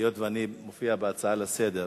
היות שאני מופיע בהצעה לסדר-היום,